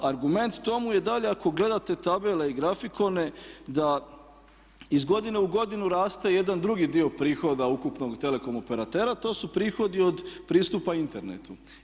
Argument tome je dalje ako gledate tabele i grafikone da iz godine u godinu raste jedan drugi dio prihoda ukupnog telekom operatera, to su prihodi od pristupa internetu.